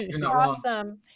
awesome